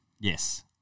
yes